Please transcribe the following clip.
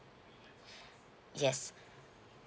yes